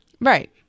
Right